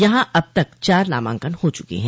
यहां अब तक चार नामांकन हो चुके हैं